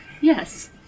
Yes